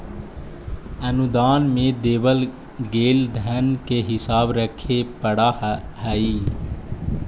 अनुदान में देवल गेल धन के हिसाब रखे पड़ा हई